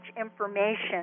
information